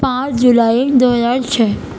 پانچ جولائی دو ہزار چھ